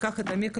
קח את המיקרופון,